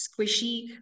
squishy